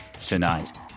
Tonight